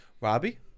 Robbie